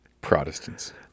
Protestants